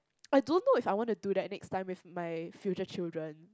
I don't know if I want to do that next time with my future children